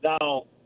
Now